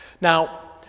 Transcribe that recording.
Now